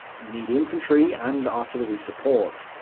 you need infantry and artillery support.